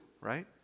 right